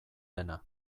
dena